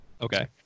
Okay